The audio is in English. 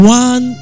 one